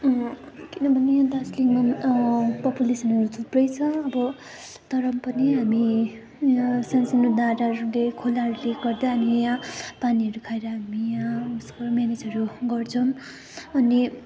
किनभने दार्जिलिङमा पपुलेसनहरू थुप्रै छ अब तर पनि हामी यहाँ सानसानो धाराहरूले खोलाहरूले गर्दा हामी यहाँ पानीहरू खाएर हामी यहाँ म्यानेजहरू गर्छौँ अनि